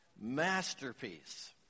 masterpiece